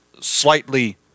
slightly